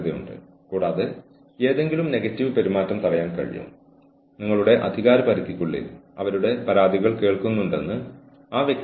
നിങ്ങളുടെ സ്ഥാപനം എന്തെങ്കിലും വിൽക്കുകയാണെങ്കിൽ കടകളിൽ മോഷണം തടയുന്നതിനും കള്ളന്മാരെ തടയുന്നതിനും ക്ലോസ്ഡ് സർക്യൂട്ട് ക്യാമറകൾ സ്ഥാപിക്കുന്നത് തികച്ചും ശരിയാണ്